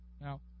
Now